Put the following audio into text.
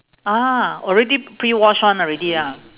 ah already prewash one already ah